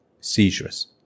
seizures